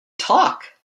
talk